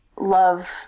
love